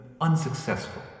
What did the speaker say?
unsuccessful